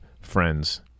friends